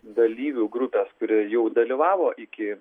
dalyvių grupės kurie jau dalyvavo iki